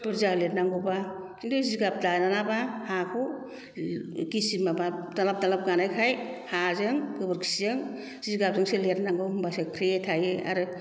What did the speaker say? बुरजा लिरनांगौबा खिन्थु जिगाब दानाबा हाखौ गिसि माबा द्लाब द्लाब गानायखाय हाजों गोबोरखिजों जिगाबजोंसो लिरनांगौ होनबासो ख्रे थायो आरो